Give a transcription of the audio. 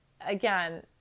again